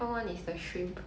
!huh!